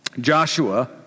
Joshua